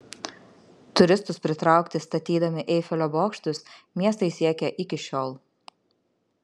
turistus pritraukti statydami eifelio bokštus miestai siekia iki šiol